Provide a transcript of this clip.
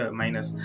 minus